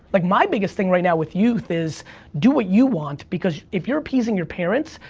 like, my biggest thing right now with youth is do what you want because if you're appeasing your parents,